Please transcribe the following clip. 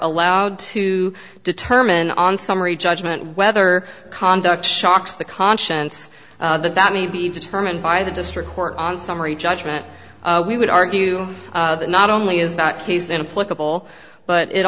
allowed to determine on summary judgment whether conduct shocks the conscience that may be determined by the district court on summary judgment we would argue that not only is that he's in a political but it